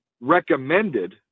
recommended